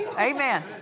Amen